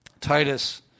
Titus